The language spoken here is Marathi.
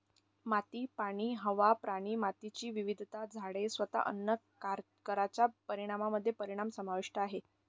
माती, पाणी, हवा, प्राणी, मातीची विविधता, झाडे, स्वतः अन्न कारच्या परिणामामध्ये परिणाम समाविष्ट आहेत